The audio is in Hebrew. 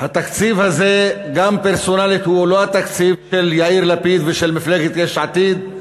התקציב הזה גם פרסונלית הוא לא התקציב של יאיר לפיד ושל מפלגת יש עתיד.